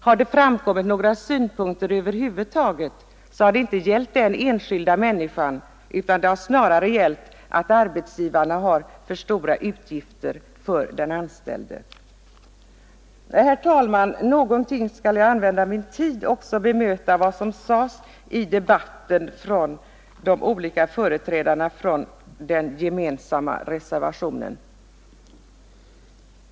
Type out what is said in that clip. Har det framkommit några synpunkter över huvud taget så har det inte gällt den enskilda människan utan det har snarare gällt att arbetsgivarna har för stora utgifter för den anställde. Herr talman! Något av min tid skall jag använda till att också bemöta vad som sagts i debatten av de olika företrädarna för den gemensamma reservationen.